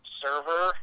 server